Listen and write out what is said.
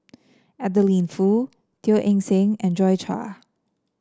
Adeline Foo Teo Eng Seng and Joi Chua